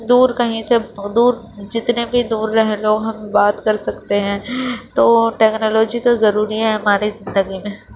دور کہیں سے دور جتنے بھی دور رہ لو ہم بات کر سکتے ہیں تو ٹیکنالوجی تو ضروری ہے ہماری زندگی میں